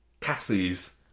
Cassie's